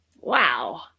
Wow